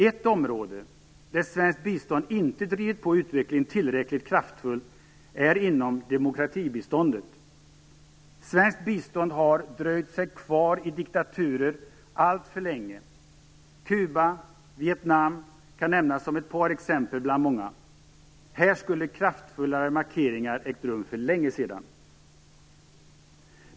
Ett område där svenskt bistånd inte har drivit på utvecklingen tillräckligt kraftfullt är inom demokratibiståndet. Svenskt bistånd har dröjt sig kvar i diktaturstater alltför länge. Kuba och Vietnam kan nämnas som ett par exempel bland många. Här skulle kraftfullare markeringar ha gjorts för länge sedan.